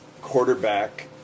quarterback